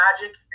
Magic